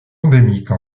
endémique